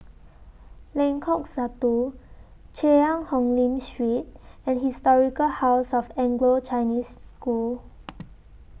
Lengkok Satu Cheang Hong Lim Street and Historic House of Anglo Chinese School